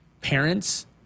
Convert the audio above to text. parents